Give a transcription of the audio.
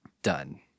done